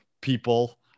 people